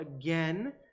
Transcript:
again